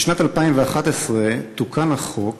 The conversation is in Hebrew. בשנת 2011 תוקן החוק